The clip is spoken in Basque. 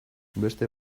beste